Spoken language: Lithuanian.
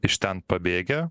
iš ten pabėgę